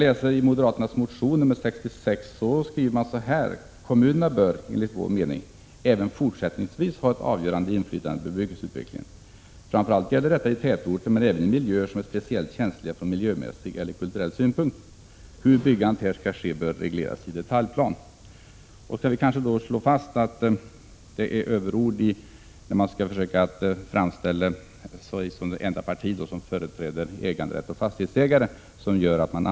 I moderaternas motion 1985/86:66 står det dock: ”Kommunerna bör, enligt vår mening, även fortsättningsvis ha ett avgörande inflytande över bebyggelseutvecklingen. Framför allt gäller detta i tätorter men även i miljöer som är speciellt känsliga från miljömässig eller kulturell synpunkt. Hur byggandet här skall ske bör regleras i detaljplan.” Då skall vi slå fast att man tar till överord när man skall försöka framställa sig som det enda parti som företräder äganderätt och som företräder fastighetsägare.